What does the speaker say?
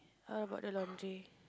how about the laundry